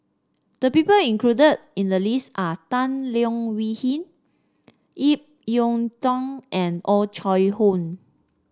the people included in the list are Tan Leo Wee Hin Ip Yiu Tung and Oh Chai Hoo